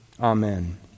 Amen